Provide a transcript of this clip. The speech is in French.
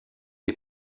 est